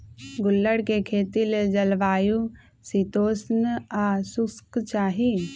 गुल्लर कें खेती लेल जलवायु शीतोष्ण आ शुष्क चाहि